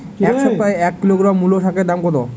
এ সপ্তাহে এক কিলোগ্রাম মুলো শাকের দাম কত?